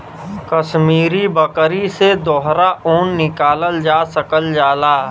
कसमीरी बकरी से दोहरा ऊन निकालल जा सकल जाला